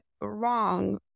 wrong